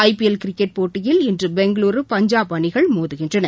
ஐ PL கிரிக்கெட்டில் இன்றுபெங்களுரு பஞ்சாப் அணிகள் மோதுகின்றன